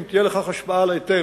האם תהיה לכך השפעה על ההיטל?